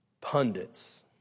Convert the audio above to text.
pundits